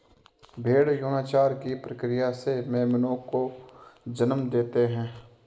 भ़ेड़ यौनाचार की प्रक्रिया से मेमनों को जन्म देते हैं